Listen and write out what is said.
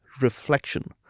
reflection